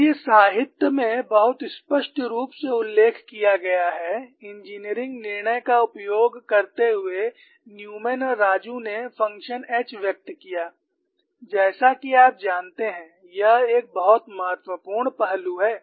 और यह साहित्य में बहुत स्पष्ट रूप से उल्लेख किया गया है इंजीनियरिंग निर्णय का उपयोग करते हुए न्यूमैन और राजू ने फंक्शन H व्यक्त किया जैसा कि आप जानते हैं यह एक बहुत महत्वपूर्ण पहलू है